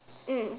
mm